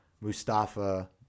Mustafa –